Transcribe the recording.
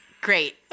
great